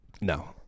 No